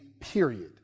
period